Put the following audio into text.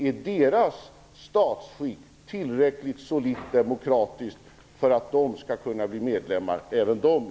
Är deras statsskick tillräckligt solitt demokratiskt för att även de skall kunna blir medlemmar i EU?